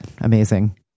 Amazing